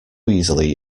easily